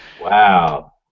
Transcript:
Wow